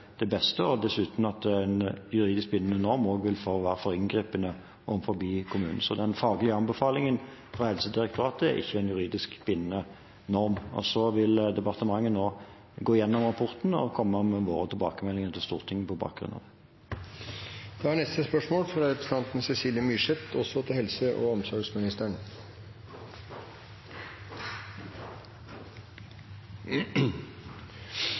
beste, og dessuten vil en juridisk bindende norm også være for inngripende overfor kommunen. Så den faglige anbefalingen fra Helsedirektoratet er ikke en juridisk bindende norm. Departementet vil nå gå gjennom rapporten og komme med våre tilbakemeldinger til Stortinget på bakgrunn av det. «8 000 barn og voksne i psykisk helsevern opplever i dag forsinkelser i forløpet og